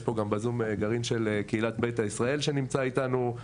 יש פה גם בזום גרעין של קהילת ביתא ישראל שנמצא איתנו-